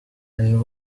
and